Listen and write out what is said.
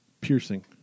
Piercing